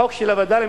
החוק של הווד"לים,